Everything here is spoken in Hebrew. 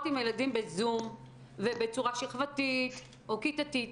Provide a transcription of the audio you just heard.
עם הילדים בזום ובצורה שכבתית וכיתתית.